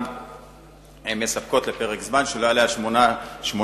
שהיא מספקת לפרק זמן שלא יעלה על 18 חודש,